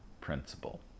Principle